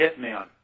hitman